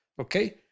okay